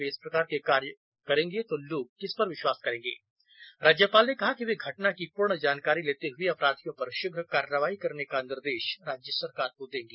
वे इस प्रकार के कार्य करेंगे तो लोग किस पर विश्वास करेंगे राज्यपाल ने कहा कि वे घटना की पूर्ण जानकारी लेते हुए अपराधियों पर शीघ्र कार्रवाई करने का निर्देश राज्य सरकार को देंगी